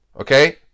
Okay